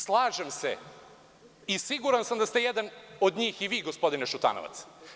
Slažem se i siguran sam da ste jedan od njih i vi gospodine Šutanovac.